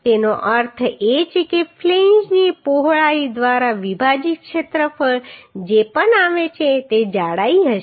તેનો અર્થ એ છે કે ફ્લેંજની પહોળાઈ દ્વારા વિભાજિત ક્ષેત્રફળ જે પણ આવે છે તે જાડાઈ હશે